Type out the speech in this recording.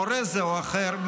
מורה זה או אחר,